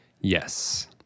Yes